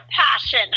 passion